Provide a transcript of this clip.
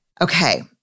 Okay